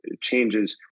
changes